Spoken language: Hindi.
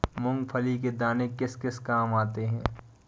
मूंगफली के दाने किस किस काम आते हैं?